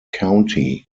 county